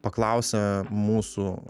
paklausia mūsų